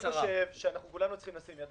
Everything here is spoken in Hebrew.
אוי ואבוי לקואליציה שאני והוא זה הקואליציה.